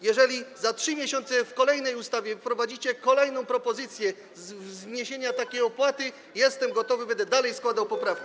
Jeżeli za 3 miesiące w kolejnej ustawie wprowadzicie kolejną propozycję zniesienia takiej opłaty, to jestem gotowy, będę dalej składał poprawki.